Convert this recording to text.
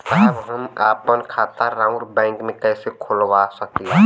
साहब हम आपन खाता राउर बैंक में कैसे खोलवा सकीला?